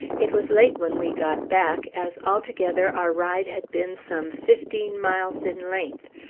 it was late when we got back, as altogether our ride had been some fifteen miles in length.